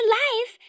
life